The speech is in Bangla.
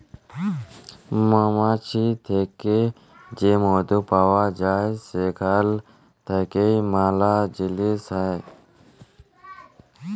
মমাছি থ্যাকে যে মধু পাউয়া যায় সেখাল থ্যাইকে ম্যালা জিলিস হ্যয়